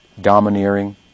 domineering